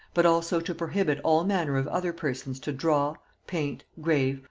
but also to prohibit all manner of other persons to draw, paint, grave,